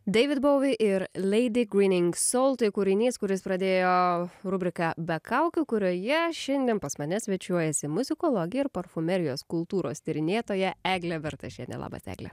david bowie ir lady grinning soul tai kūrinys kuris pradėjo rubriką be kaukių kurioje šiandien pas mane svečiuojasi muzikologė ir parfumerijos kultūros tyrinėtoja eglė bertašienė labas egle